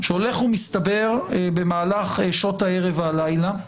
שהולך ומסתבר במהלך שעות הערב והלילה,